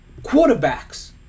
quarterbacks